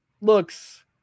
looks